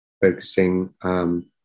focusing